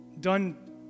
done